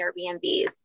Airbnbs